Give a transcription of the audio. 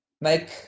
make